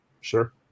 Sure